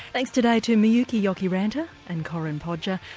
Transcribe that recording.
thanks today to miyuki jokiranta and corinne podger.